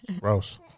gross